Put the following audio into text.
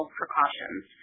precautions